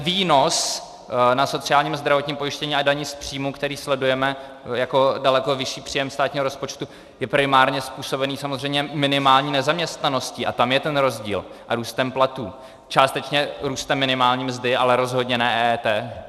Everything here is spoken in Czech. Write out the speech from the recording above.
Výnos na sociálním a zdravotním pojištění a dani z příjmu, který sledujeme jako daleko vyšší příjem státního rozpočtu, je primárně způsobený samozřejmě minimální nezaměstnaností, a tam je ten rozdíl, a růstem platů, částečně růstem minimální mzdy, ale rozhodně ne EET.